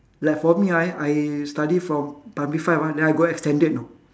like for me I I study from primary five ah then I got extended you know